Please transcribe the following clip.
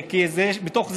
ובתוך זה,